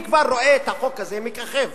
אני כבר רואה את החוק הזה מככב